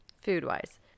Food-wise